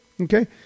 okay